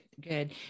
good